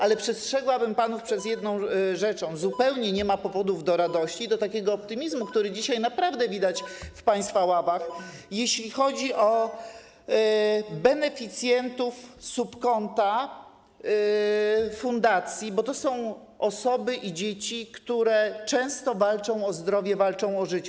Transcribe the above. Ale przestrzegam panów przed jedną rzeczą, zupełnie nie ma powodów do radości, do takiego optymizmu, który dzisiaj naprawdę widać w państwa ławach, jeśli chodzi o beneficjentów subkonta fundacji, bo to są osoby i dzieci, które często walczą o zdrowie, walczą o życie.